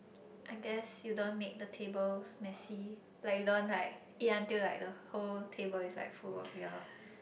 I guess you don't make the tables messy like you don't like eat until like the whole table is like full of your